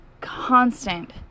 constant